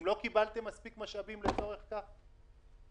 אם לא קיבלתם מספיק משאבים לצורך כך?